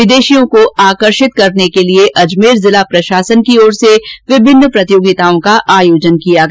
विदेशियों को आकर्षित करने के लिए जिला प्रशासन की ओर से विभिन्न प्रतियोगिताओं का आयोजन किया गया